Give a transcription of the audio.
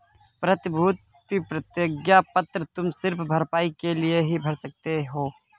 प्रतिभूति प्रतिज्ञा पत्र तुम सिर्फ भरपाई के लिए ही भर सकते हो